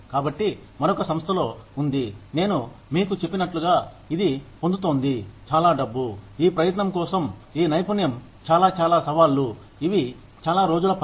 కాబట్టి మరొక సంస్థలో ఉంది నేను మీకు చెప్పినట్లుగా ఇది పొందుతోంది చాలా డబ్బు ఈ ప్రయత్నం కోసం ఈ నైపుణ్యం చాలా చాలా సవాళ్లు ఇవి చాలా రోజుల పని